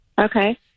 Okay